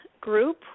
Group